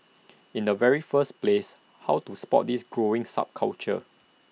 in the very first place how to spot this growing subculture